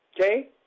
okay